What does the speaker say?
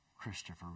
Christopher